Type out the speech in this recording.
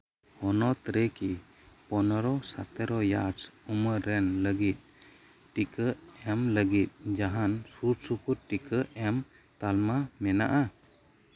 ᱦᱚᱱᱚᱛ ᱨᱮᱠᱤ ᱯᱚᱱᱮᱨᱳ ᱥᱚᱛᱮᱨᱳ ᱤᱭᱟᱨ ᱩᱢᱮᱨ ᱨᱮᱱ ᱞᱟᱹᱜᱤᱫ ᱴᱤᱠᱟᱹ ᱮᱢ ᱞᱟᱹᱜᱤᱫ ᱡᱟᱦᱟᱱ ᱥᱳᱨ ᱥᱳᱯᱳᱨ ᱴᱤᱠᱟᱹ ᱮᱢ ᱛᱟᱞᱢᱥᱟ ᱢᱮᱱᱟᱜᱼᱟ